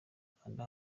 kanda